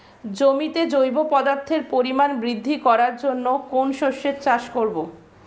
জমিতে জৈব পদার্থের পরিমাণ বৃদ্ধি করার জন্য কোন শস্যের চাষ করবো?